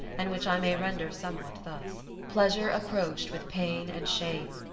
and which i may render somewhat thus pleasure approached with pain and shame,